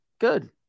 Good